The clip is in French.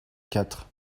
quatre